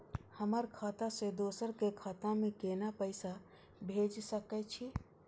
हमर खाता से दोसर के खाता में केना पैसा भेज सके छे?